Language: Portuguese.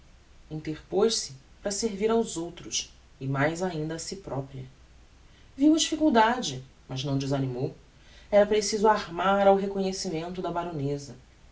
interpoz se para servir aos outros e mais ainda a si propria viu a difficuldade mas não desanimou era preciso armar ao reconhecimento da baroneza